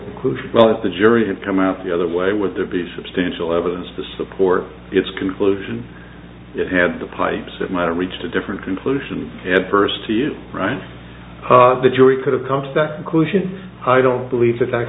conclusion well if the jury didn't come out the other way would there be substantial evidence to support its conclusion that had the pipes that matter reached a different conclusion adverse to you right the jury could have come to that conclusion i don't believe that that